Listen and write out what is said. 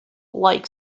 like